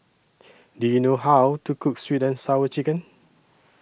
Do YOU know How to Cook Sweet and Sour Chicken